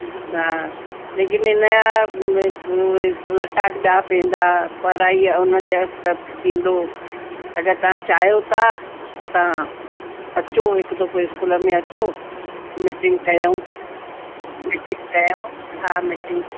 अछा लेकिन हिनजा लटा ॿिया पवंदा पढ़ाई उनजा थींदो अगरि तव्हां चाहियो था त तव्हां अचो हिकु दफ़ो स्कूल में अचो मीटिंग कयऊं मीटिंग कयऊं हा मीटिंग